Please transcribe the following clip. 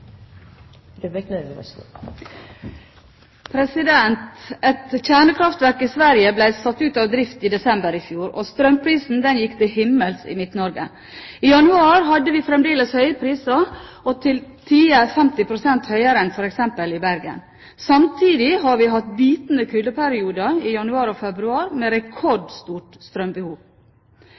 Et kjernekraftverk i Sverige ble satt ut av drift i desember i fjor, og strømprisene gikk til himmels i Midt-Norge. I januar hadde vi fremdeles høye priser – til tider 50 pst. høyere enn f.eks. i Bergen. Samtidig har vi hatt en bitende kuldeperiode i januar og februar med rekordstort strømbehov.